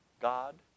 God